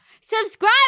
subscribe